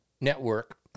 network